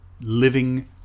living